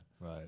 right